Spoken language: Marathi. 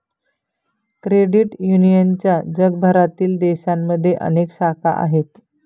क्रेडिट युनियनच्या जगभरातील देशांमध्ये अनेक शाखा आहेत